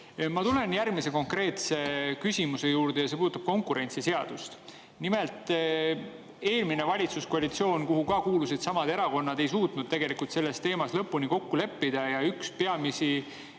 Ma tulen järgmise konkreetse küsimuse juurde. See puudutab konkurentsiseadust. Nimelt, eelmine valitsuskoalitsioon, kuhu kuulusid samad erakonnad, ei suutnud selles teemas lõpuni kokku leppida. Üks peamisi